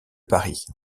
paris